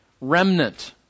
Remnant